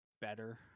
better